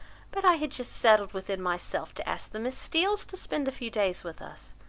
but i had just settled within myself to ask the miss steeles to spend a few days with us.